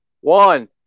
one